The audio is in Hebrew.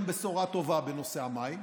אבל יש גם בשורה טובה בנושא המים.